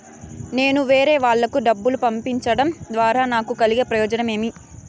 నేను వేరేవాళ్లకు డబ్బులు పంపించడం ద్వారా నాకు కలిగే ప్రయోజనం ఏమి?